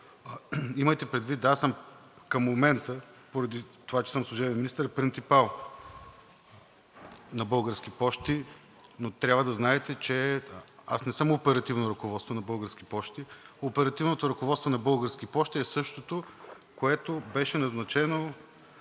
имайте предвид, че към момента аз съм служебен министър и принципал на „Български пощи“, но трябва да знаете, че не съм оперативно ръководство на „Български пощи“. Оперативното ръководство на „Български пощи“ е същото, което беше назначено